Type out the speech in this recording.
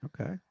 Okay